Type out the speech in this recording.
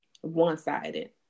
one-sided